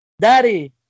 Daddy